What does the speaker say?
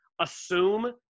assume